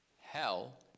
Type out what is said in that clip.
hell